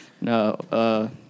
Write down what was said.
No